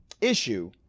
issue